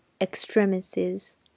extremities